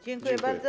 Dziękuję bardzo.